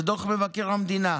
זה מדוח מבקר המדינה.